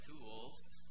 tools